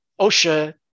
OSHA